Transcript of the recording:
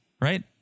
Right